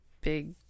big